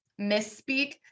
misspeak